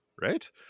right